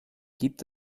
gibt